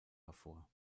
hervor